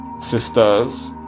Sisters